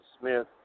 Smith